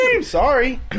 Sorry